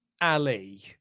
Ali